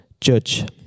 judge